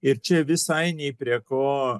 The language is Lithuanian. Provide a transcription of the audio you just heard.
ir čia visai nei prie ko